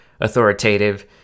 authoritative